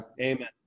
Amen